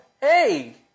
hey